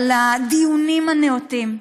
על הדיונים הנאותים,